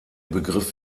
begriff